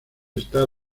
estar